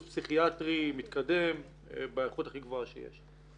פסיכיאטרי מתקדם באיכות הכי גבוהה שיש.